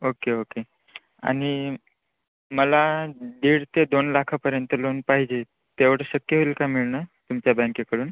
okay okay आणि मला दीड ते दोन लाखापर्यंत लोन पाहिजे तेवढं शक्य होईल का मिळणं तुमच्या बँकेकडून